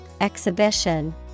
exhibition